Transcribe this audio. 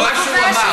לא יודעת.